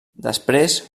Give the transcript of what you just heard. després